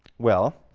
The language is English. well,